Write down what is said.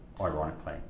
ironically